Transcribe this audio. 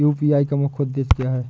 UPI का मुख्य उद्देश्य क्या है?